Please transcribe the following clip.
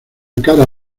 cara